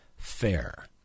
fair